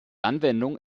anwendung